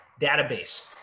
database